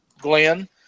Glenn